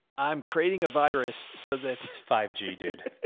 i'm creating a virus. so that it's five g dude.